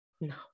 No